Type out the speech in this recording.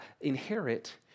inherit